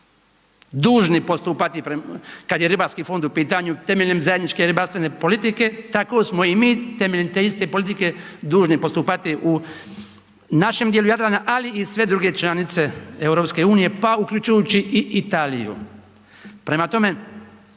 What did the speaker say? Jadrana dužni postupati kad je ribarski fond u pitanju temeljem zajedničke ribarstvene politike, tako smo i mi temeljem te iste politike dužni postupati u našem dijelu Jadrana, ali i sve druge članice EU, pa uključujući i Italiju.